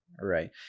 right